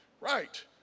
right